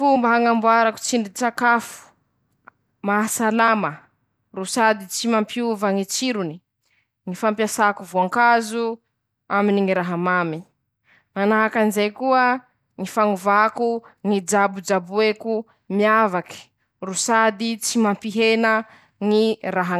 Mañova ñy ketriky ketrehin-teña moa ñy fampiasan-teña ñy sira vaingany noho ñy fampiasa ñy bon-tsira, samby hafa ñy tsirony lafa teña ro miketriky, hafa ñy tsiron-kany nampiasam-bontsira hafa ñy tsiron-kany nampiasa vaingan-tsira ;manahaky anizay koa ñy fomba fampiasa tsy mitovy, lafa teña ro mampiasa sira vainga, hafa ñy fanava ñ'azy ;lafa teña ro mampiasa vo bon-tsira hafa koa ñy fanaova ñ'azy, samby hafa ñy karazan-kany ampiasa androzy roe.